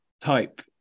type